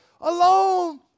alone